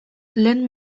lehen